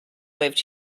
lived